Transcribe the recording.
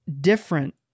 different